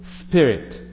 spirit